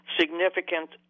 significant